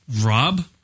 Rob